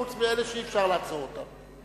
חוץ מלאלה שאי-אפשר לעצור אותם.